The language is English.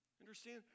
Understand